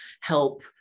help